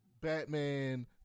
Batman